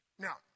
Now